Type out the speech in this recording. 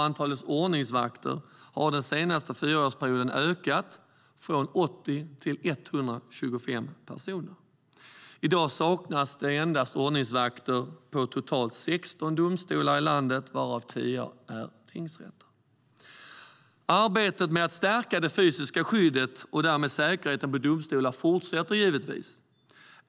Antalet ordningsvakter har den senaste fyraårsperioden ökat från 80 till 125 personer. I dag saknas det ordningsvakter endast i totalt 16 domstolar i landet, varav 10 är tingsrätter. Arbetet med att stärka det fysiska skyddet och därmed säkerheten i domstolarna fortsätter givetvis.